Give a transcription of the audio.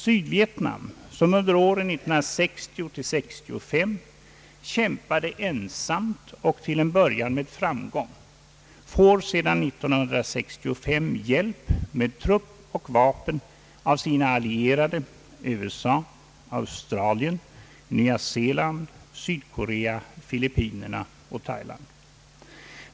Sydvietnam, som under åren 1960—1965 kämpade ensamt och till en början med framgång, får sedan 1965 hjälp med trupp och vapen av sina allierade USA, Australien, Nya Zeeland, Sydkorea, Filippinerna och Thailand.